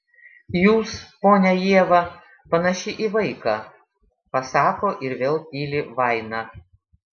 jūs ponia ieva panaši į vaiką pasako ir vėl tyli vaina